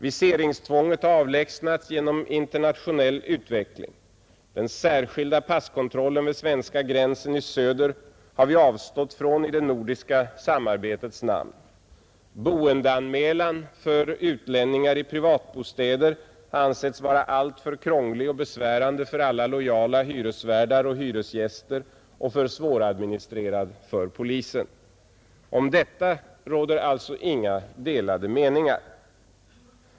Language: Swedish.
Viseringstvånget har avlägsnats genom internationell utveckling, den särskilda passkontrollen vid svenska gränsen i söder har vi avstått från i det nordiska samarbetets namn, boendeanmälan för utlänningar i privatbostäder har ansetts vara alltför krånglig och besvärande för alla lojala hyresvärdar och hyresgäster och för svåradministrerad för polisen. Om detta råder alltså inga delade meningar.